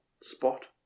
spot